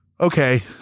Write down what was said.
okay